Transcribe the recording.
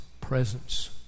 presence